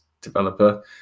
developer